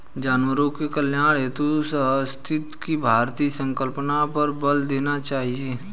जानवरों के कल्याण हेतु सहअस्तित्व की भारतीय संकल्पना पर बल देना चाहिए